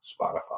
Spotify